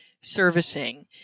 servicing